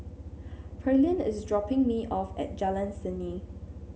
Pearline is dropping me off at Jalan Seni